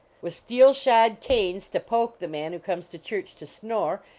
with steel shod canes to poke the man who comes to church to snore,